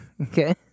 okay